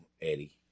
Eddie